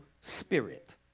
spirit